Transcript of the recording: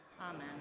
amen